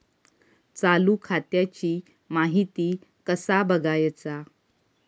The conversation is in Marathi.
चालू खात्याची माहिती कसा बगायचा?